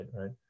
right